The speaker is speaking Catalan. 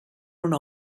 una